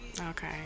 okay